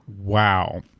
Wow